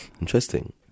interesting